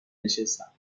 نشستم